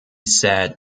said